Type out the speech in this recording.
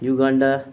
Uganda